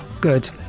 good